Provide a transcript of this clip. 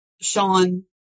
Sean